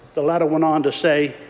the letter went on to say,